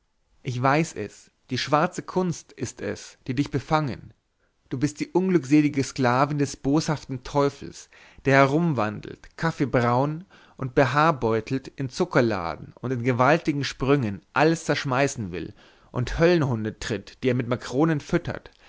ich weiß es die schwarze kunst ist es die dich befangen du bist die unglückselige sklavin des boshaften teufels der herumwandelt kaffeebraun und behaarbeutelt in zuckerladen und in gewaltigen sprüngen alles zerschmeißen will und höllenhunde tritt die er mit makronen füttert